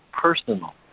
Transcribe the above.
personal